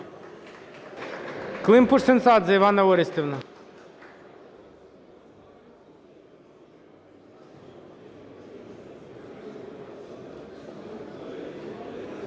Климпуш-Цинцадзе Іванна Орестівна.